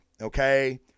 Okay